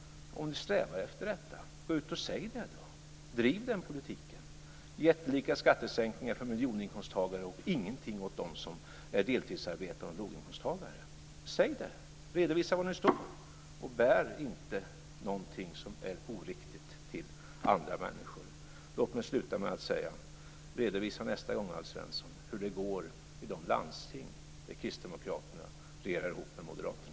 Gå ut och säg det om ni strävar efter detta! Driv den politiken, dvs. jättelika skattesänkningar för miljoninkomsttagare och ingenting för dem som är deltidsarbetare och låginkomsttagare. Säg det! Redovisa var ni står, och bär inte någonting som är oriktigt till andra människor. Låt mig sluta med att säga följande: Redovisa nästa gång, Alf Svensson, hur det går i de landsting där kristdemokraterna regerar ihop med moderaterna.